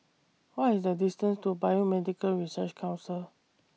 What IS The distance to Biomedical Research Council